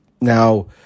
now